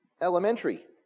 Elementary